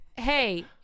hey